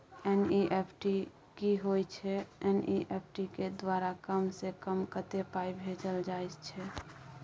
NEFT की होय छै एन.ई.एफ.टी के द्वारा कम से कम कत्ते पाई भेजल जाय छै?